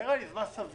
זה נראה לי זמן סביר.